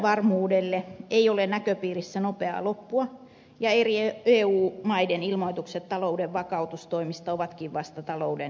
epävarmuudelle ei ole näköpiirissä nopeaa loppua ja eri eu maiden ilmoitukset talouden vakautustoimista ovatkin vasta talouden tervehdyttämisprosessin alku